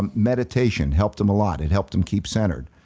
um meditation helped him a lot. it helped him keep centered.